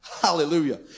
Hallelujah